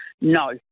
no